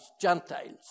Gentiles